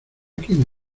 quién